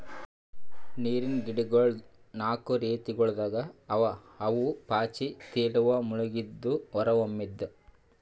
ನೀರಿನ್ ಗಿಡಗೊಳ್ ನಾಕು ರೀತಿಗೊಳ್ದಾಗ್ ಅವಾ ಅವು ಪಾಚಿ, ತೇಲುವ, ಮುಳುಗಿದ್ದು, ಹೊರಹೊಮ್ಮಿದ್